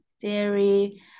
dairy